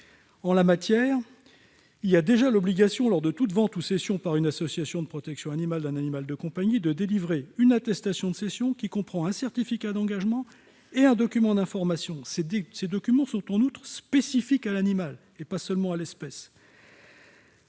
En l'occurrence, il y a déjà obligation, lors de toute vente ou cession par une association de protection animale d'un animal de compagnie, de délivrer une attestation de cession qui comprend un certificat d'engagement et un document d'information. Ces documents sont en outre spécifiques à l'animal, et pas seulement à l'espèce.